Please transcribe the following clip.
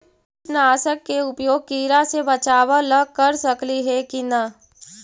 कीटनाशक के उपयोग किड़ा से बचाव ल कर सकली हे की न?